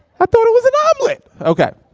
i thought it was an omelet! okay.